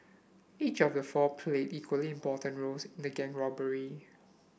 each of the four played equally important roles in the gang robbery